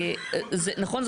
נכון?